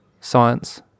science